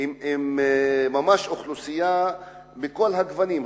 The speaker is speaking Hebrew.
עם אוכלוסייה ממש מכל הגוונים,